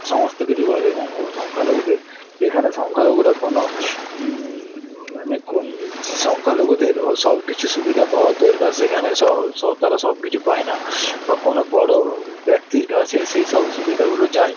সমস্ত কিছু করে এবং ও সংখ্যালঘুদের যেখানে সংখ্যালঘুরা কোনো মানে কোন যে সংখ্যালঘুদের ও সব কিছু সুবিধা পাওয়ার দরকার সেখানে স স তারা সব কিছু পায় না বা কোনো বড়ো ব্যক্তির কাছে সেই সব অসুবিধাগুলো যায়